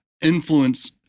influence